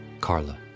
Carla